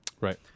Right